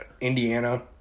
Indiana